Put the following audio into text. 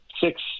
Six